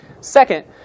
Second